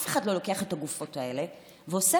אף אחד לא לוקח את הגופות האלה ועושה